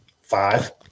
five